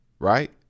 Right